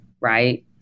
right